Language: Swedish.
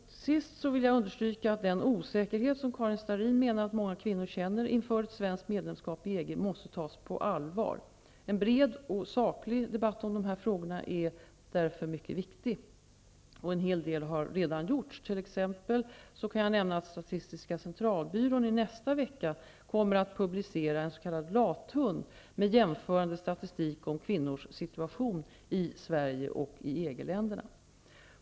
Till sist vill jag understryka att den osäkerhet som Karin Starrin menar att många kvinnor känner inför ett svenskt medlemskap i EG måste tas på allvar. En bred och saklig debatt om dessa frågor är därför mycket viktig. En hel del har redan gjorts. T.ex. kan jag nämna att statistiska centralbyrån i nästa vecka kommer att publicera en s.k. lathund med jämförande statistik om kvinnors situation i Sverige och i EG-länderna.